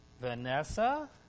Vanessa